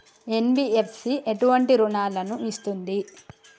NBFC ఎటువంటి రుణాలను ఇస్తుంది?